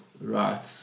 Right